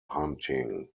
hunting